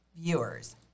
viewers